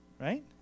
right